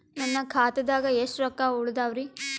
ನನ್ನ ಖಾತಾದಾಗ ಎಷ್ಟ ರೊಕ್ಕ ಉಳದಾವರಿ?